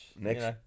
Next